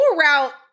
route